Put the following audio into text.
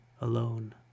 alone